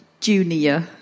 Junior